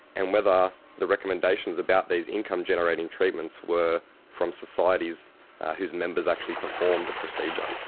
and whether the recommendations about these income generating treatments were from societies whose members actually performed the procedure.